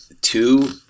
two